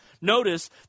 Notice